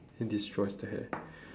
it destroys the hair